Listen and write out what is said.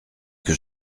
que